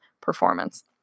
performance